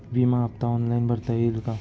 विमा हफ्ता ऑनलाईन भरता येईल का?